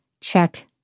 check